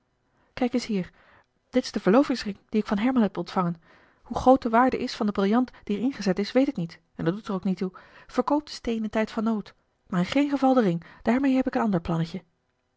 kijk eens hier dit is de verlovingsring dien ik van herman heb ontvangen hoe groot de waarde is van den brillant die er in gezet is weet ik niet en dat doet er ook niet toe verkoop den steen in tijd van nood maar in geen geval den ring daarmee heb ik een ander plannetje